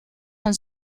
een